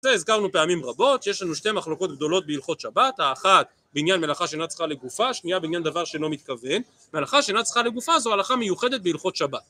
זה הזכרנו פעמים רבות, שיש לנו שתי מחלוקות גדולות בהלכות שבת האחת בעניין מלאכה שאינה צריכה לגופה, השנייה בעניין דבר שאינו מתכוון. מלאכה שאינה צריכה לגופה זו הלכה מיוחדת בהלכות שבת